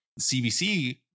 CBC